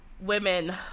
women